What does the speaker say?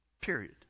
period